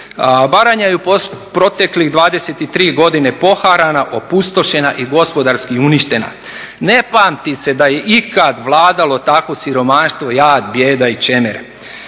Baranja je u proteklih 23 godine poharana, opustošena i gospodarski uništena. Ne pamti se da je ikad vladalo takvo siromaštvo, jad, bijeda i čemer.